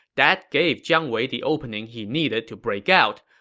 that gave jiang wei the opening he needed to break out.